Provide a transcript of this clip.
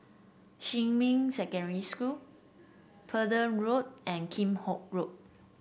Xinmin Secondary School Pender Road and Kheam Hock Road